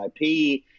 IP